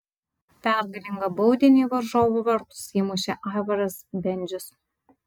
pergalingą baudinį į varžovų vartus įmušė aivaras bendžius